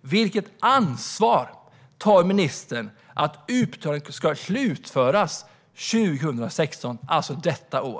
Vilket ansvar tar ministern för att utbetalningen ska slutföras 2016, alltså i år?